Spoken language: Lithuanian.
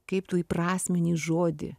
kaip tu įprasmini žodį